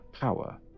power